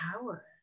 power